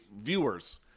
viewers